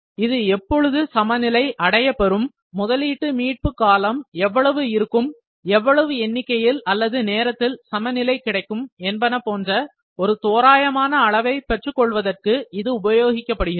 இது எப்பொழுது சமநிலை அடையப் பெறும் முதலீட்டு மீட்பு காலம் எவ்வளவு இருக்கும் எவ்வளவு எண்ணிக்கையில் அல்லது நேரத்தில் சமநிலை கிடைக்கும் என்பன போன்ற ஒரு தோராயமான அளவை பெற்றுக் கொள்வதற்கு இது உபயோகிக்கப்படுகிறது